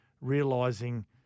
realising